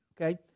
Okay